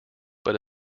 but